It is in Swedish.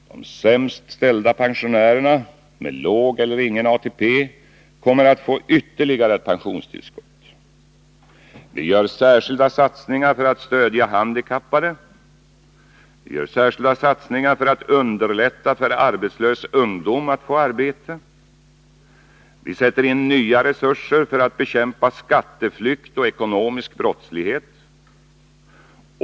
De sämst ställda pensionärerna, med låg eller ingen ATP, kommer att få ytterligare ett pensionstillskott. Vi gör särskilda satsningar för att stödja handikappade och för att underlätta för arbetslös ungdom att få arbete. Vi sätter in nya resurser för att bekämpa skatteflykt och ekonomisk brottslighet.